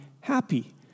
happy